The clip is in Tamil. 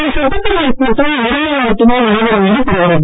இந்த சட்டப்பேரவைக் கூட்டம் ஒருநாள் மட்டுமே நடைபெறும் என்று தெரிகிறது